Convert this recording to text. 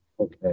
Okay